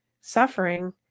suffering